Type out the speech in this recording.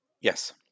Yes